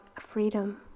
freedom